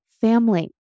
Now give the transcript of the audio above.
family